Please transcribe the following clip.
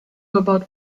about